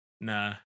nah